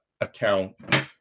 account